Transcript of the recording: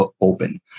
open